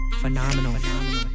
Phenomenal